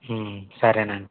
సరేనండి